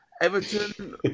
Everton